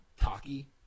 talky